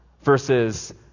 versus